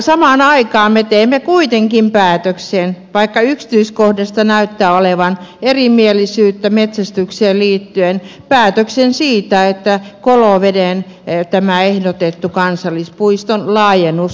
samaan aikaan me teimme kuitenkin päätöksen vaikka yksityiskohdista näyttää olevan erimielisyyttä metsästykseen liittyen että tämä ehdotettu koloveden kansallispuiston laajennus toteutetaan